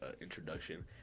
introduction